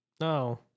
No